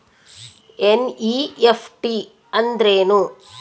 NEFT ಅಂದ್ರೆನು?